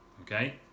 okay